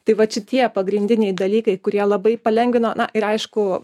tai vat šitie pagrindiniai dalykai kurie labai palengvino na ir aišku